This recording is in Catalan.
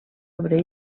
obrer